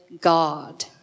God